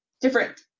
different